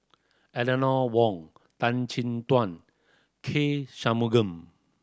Eleanor Wong Tan Chin Tuan K Shanmugam